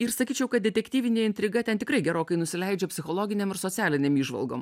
ir sakyčiau kad detektyvinė intriga ten tikrai gerokai nusileidžia psichologinėm ir socialinėm įžvalgom